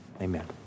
Amen